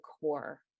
core